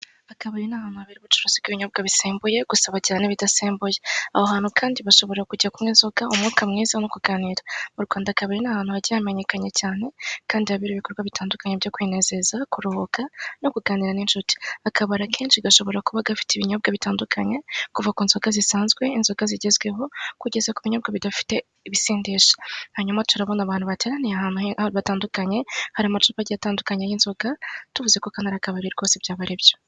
Akabari n'ahantu habera ubucuruzi bw'ibinyobwa bisembuye gusa bagira n'ibidasembuye, aho hantu kandi bashobora kujya kunywa inzoga, umwuka mwiza no kuganira. Mu Rwanda akabari n'ahantu hagiye hamenyekanye cyane kandi habera ibikorwa bitandukanye byo kwinezeza, kuruhuka no kuganira n'inshuti. Akabari akenshi gashobora kuba gafite ibinyobwa bitandukanye kuva kunzoga zisanzwe, inzoga zigezweho kugeza kubinyobwa bidafite ibisindisha. Hanyuma turabona abantu bateraniye ahantu batandukanye, hari amacupa agiye atandukanye y'inzoga, tuvuze ko kano ari akabari rwose byaba aribyo.